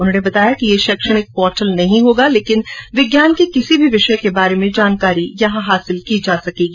उन्होंने बताया कि यह शैक्षणिक पोर्टल नही होगा लेकिन विज्ञान के किसी भी विषय के बारे में जानकारी हासिल की जा सकेगी